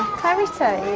clarissa